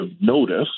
notice